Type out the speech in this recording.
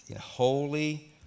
Holy